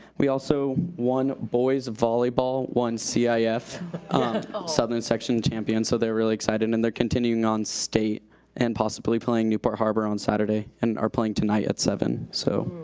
we also won, boys' volleyball won ah yeah cif southern section champions, so they're really excited and they're continuing on state and possibly playing newport harbor on saturday and are playing tonight at seven, so.